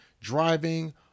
driving